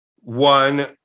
one